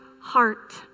heart